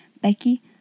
Becky